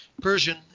Persian